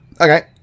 Okay